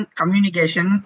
communication